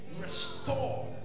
Restore